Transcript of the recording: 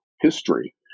history